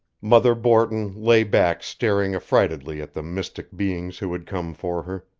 mother borton lay back staring affrightedly at the mystic beings who had come for her,